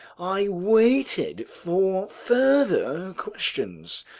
i waited for further questions,